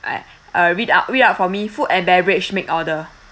uh read out read out for me food and beverage make order